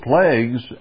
plagues